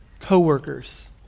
co-workers